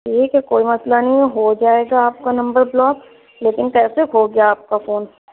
ٹھیک ہے کوئی مسئلہ نہیں ہے ہو جائے گا آپ کا نمبر بلاک لیکن کیسے کھو گیا آپ کا فون